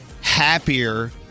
happier